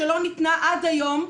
שלא ניתנה עד היום,